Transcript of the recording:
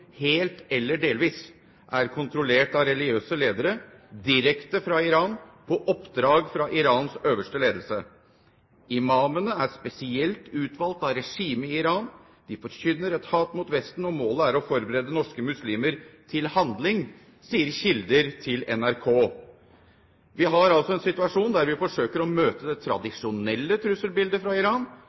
helt eller delvis er kontrollert av religiøse ledere, direkte fra Iran, på oppdrag fra Irans øverste ledelse. Imamene er spesielt utvalgt av regimet i Iran. De forkynner et hat mot Vesten, og målet er å forberede norske muslimer til handling, sier kilder til NRK. Vi har altså en situasjon der vi forsøker å møte det tradisjonelle trusselbildet fra Iran.